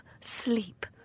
sleep